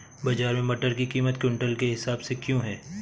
बाजार में मटर की कीमत क्विंटल के हिसाब से क्यो है?